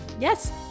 Yes